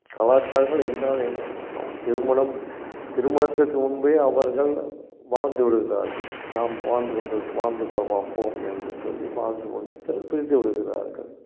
கலாச்சாரங்கள் என்றால் என்ன அவ் திருமணம் திருமணத்திற்கு முன்பே அவர்கள் வாழ்ந்து விடுகிறார்கள் நம் வாழ்ந்து கொண்டு வாழ்ந்து வா பார்ப்போம் என்று சொல்லி வாழ்ந்து கொண்டு பிறகு பிரிந்து விடுகிறார்கள்